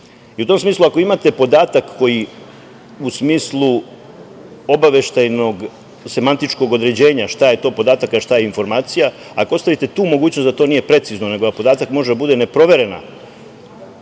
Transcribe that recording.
tom smislu, ako imate podatak koji u smislu obaveštajnog semantičkog određenja šta je to podatak a šta je informacija, ako ostavite tu mogućnost da to nije precizno nego da podatak može da bude neproverena